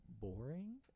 boring